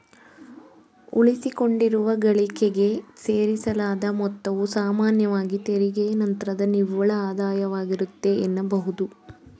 ಉಳಿಸಿಕೊಂಡಿರುವ ಗಳಿಕೆಗೆ ಸೇರಿಸಲಾದ ಮೊತ್ತವು ಸಾಮಾನ್ಯವಾಗಿ ತೆರಿಗೆಯ ನಂತ್ರದ ನಿವ್ವಳ ಆದಾಯವಾಗಿರುತ್ತೆ ಎನ್ನಬಹುದು